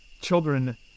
children